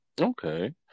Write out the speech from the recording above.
Okay